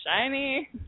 shiny